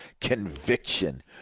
conviction